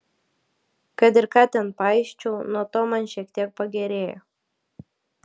kad ir ką ten paisčiau nuo to man šiek tiek pagerėjo